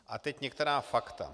A teď některá fakta.